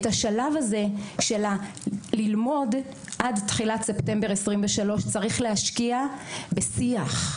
את השלב הזה של ללמוד עד תחילת ספטמבר 2023 צריך להשקיע בשיח,